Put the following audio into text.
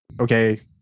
okay